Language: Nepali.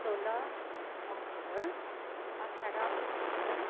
सोह्र अक्टोबर अठार अक्टोबर